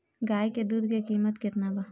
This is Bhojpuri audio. गाय के दूध के कीमत केतना बा?